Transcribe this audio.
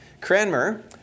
Cranmer